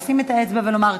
לשים את האצבע ולומר,